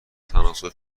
تناسب